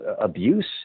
abuse